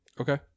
Okay